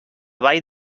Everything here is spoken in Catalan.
vall